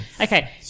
Okay